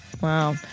Wow